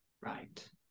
Right